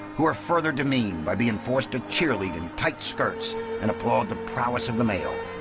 who are further demeaned by being forced to cheerlead in tight skirts and applaud the prowess of the male.